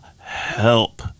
help